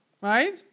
right